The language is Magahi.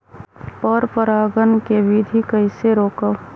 पर परागण केबिधी कईसे रोकब?